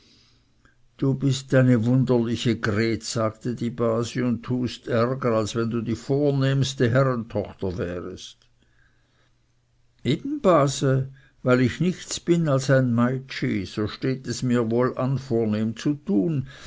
du bist ein wunderlich gret sagte die base und tust ärger als wenn du die vornehmste herrentochter wärest eben base weil ich nichts bin als ein meitschi so steht es mir wohl an vornehm zu tun